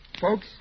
Folks